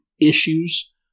issues